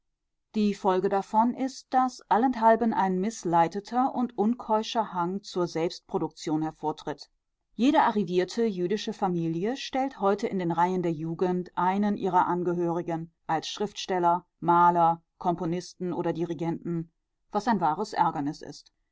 die folge davon ist daß allenthalben ein mißleiteter und unkeuscher hang zur selbstproduktion hervortritt jede arrivierte jüdische familie stellt heute in die reihen der jugend einen ihrer angehörigen als schriftsteller maler komponisten oder dirigenten was ein wahres ärgernis ist